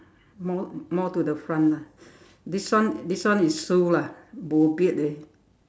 more more to the front ah this one this one is Sue lah bo beard eh